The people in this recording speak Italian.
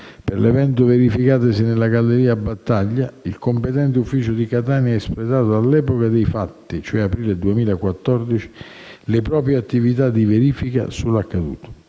per l'evento verificatosi nella galleria Battaglia, il competente ufficio di Catania ha espletato all'epoca dei fatti (aprile 2014) le proprie attività di verifica sull'accaduto.